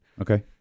Okay